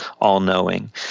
all-knowing